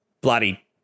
bloody